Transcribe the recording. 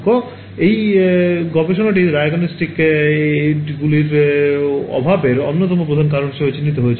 তাই এই গবেষণাটি ডায়াগনস্টিক এইডগুলির অভাবের অন্যতম প্রধান কারণও চিহ্নিত করেছিল